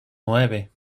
nueve